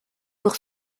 pour